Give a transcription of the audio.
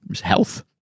health